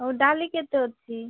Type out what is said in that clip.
ଆଉ ଡାଲି କେତେ ଅଛି